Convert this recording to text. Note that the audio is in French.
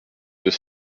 deux